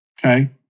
Okay